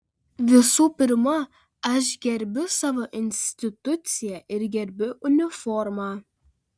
visų pirma aš gerbiu savo instituciją ir gerbiu uniformą